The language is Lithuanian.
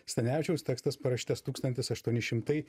stanevičiaus tekstas parašytas tūkstantis aštuoni šimtai